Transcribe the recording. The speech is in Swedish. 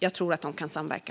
Jag tror att det kan samverka.